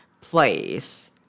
place